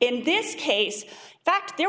in this case fact there